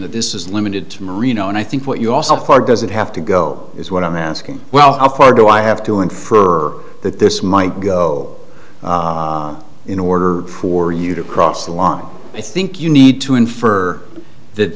that this is limited to marino and i think what you all so far doesn't have to go is what i'm asking well how far do i have to infer that this might go in order for you to cross the law i think you need to infer that